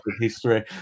history